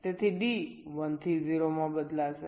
તેથી D 1 થી 0 માં બદલાશે